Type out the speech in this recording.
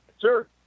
Sure